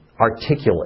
articulate